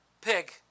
pig